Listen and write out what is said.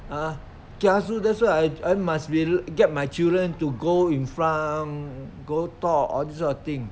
!huh! kiasu that's what I I must be get my children to go front go top all this sort of thing